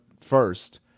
first